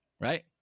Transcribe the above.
Right